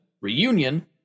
reunion